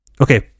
Okay